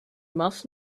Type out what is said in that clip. must